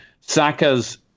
saka's